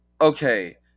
okay